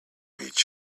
meet